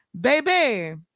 baby